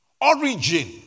origin